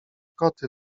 koty